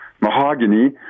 mahogany